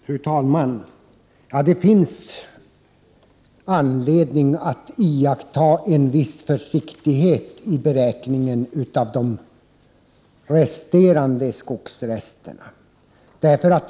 Fru talman! Det finns anledning att iaktta en viss försiktighet vid beräkningen av de resterande skogsresterna.